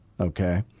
okay